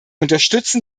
unterstützen